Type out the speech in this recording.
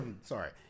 sorry